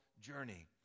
journey